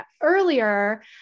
earlier